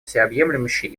всеобъемлющей